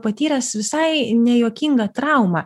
patyręs visai nejuokingą traumą